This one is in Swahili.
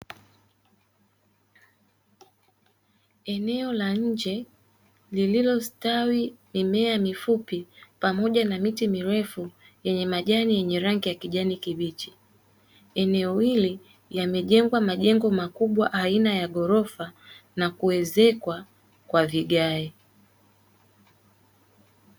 Eneo la nje lililostawi mimea mifupi pamoja na miti mirefu yenye majani yenye rangi ya kijani kibichi. Eneo hili yamejengwa makubwa majengo aina ya ghorofa na kuezekwa kwa vigae.